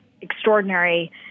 extraordinary